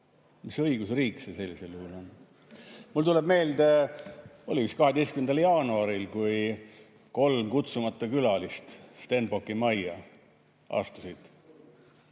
Mis õigusriik see sellisel juhul on? Mulle tuleb meelde, see oli vist 12. jaanuaril, kui kolm kutsumata külalist Stenbocki majja astusid.